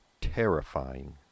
terrifying